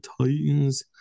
Titans